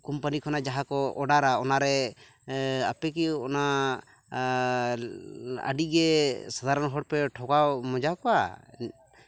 company ᱠᱷᱚᱱᱟᱜ ᱡᱟᱦᱟᱸᱠᱚ ᱚᱰᱟᱨᱟ ᱚᱱᱟᱨᱮ ᱟᱯᱮ ᱠᱤ ᱚᱱᱟ ᱟᱹᱰᱤᱜᱮ ᱥᱟᱫᱷᱟᱨᱚᱱ ᱦᱚᱲᱯᱮ ᱴᱷᱚᱠᱟᱣ ᱢᱚᱡᱟ ᱠᱚᱣᱟ